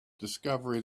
discovery